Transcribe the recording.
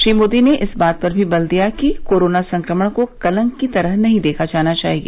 श्री मोदी ने इस बात पर भी बल दिया कि कोरोना संक्रमण को कलंक की तरह नहीं देखा जाना चाहिए